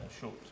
short